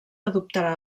adoptarà